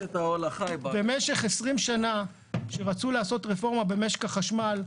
במשך 20 שנה שרצו לעשות רפורמה במשק החשמל,